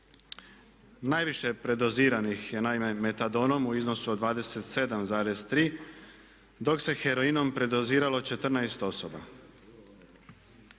Najviše predoziranih je naime metadonom u iznosu od 27,3 dok se heroinom predoziralo 14 osoba.